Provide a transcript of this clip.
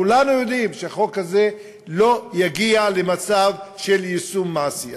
כולנו יודעים שהחוק הזה לא יגיע למצב של יישום מעשי.